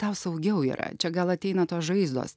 tau saugiau yra čia gal ateina tos žaizdos